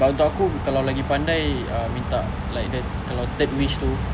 but untuk aku kalau lagi pandai ah minta like the third wish tu